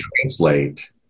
translate